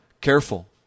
Careful